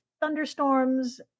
thunderstorms